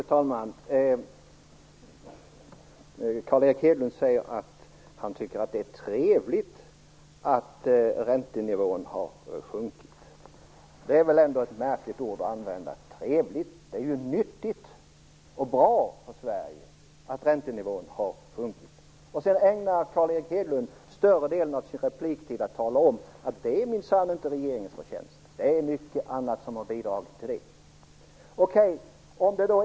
Fru talman! Carl Erik Hedlund säger att han tycker att det är trevligt att räntenivån har sjunkit. Det är väl ändå ett märkligt ord att använda - trevligt. Det är ju nyttigt och bra för Sverige att räntenivån har sjunkit. Sedan ägnar Carl Erik Hedlund större delen av sin repliktid åt att tala om att detta minsann inte är regeringens förtjänst. Det är mycket annat som har bidragit till sänkt räntenivå.